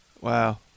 wow